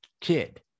kid